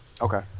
Okay